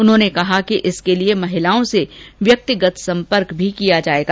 उन्होंने कहा कि इसके लिए महिलाओं से व्यक्तिगत सम्पर्क भी किया जाएगा